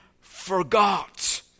forgot